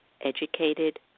educated